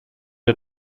der